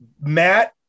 Matt